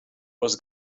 was